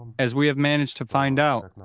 as we have managed to find out,